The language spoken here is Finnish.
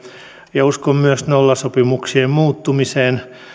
ja uskon myös nollasopimuksien muuttumiseen